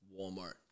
Walmart